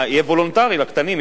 וזה יהיה וולונטרי לקטנים.